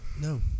No